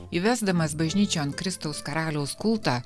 įvesdamas bažnyčion kristaus karaliaus kultą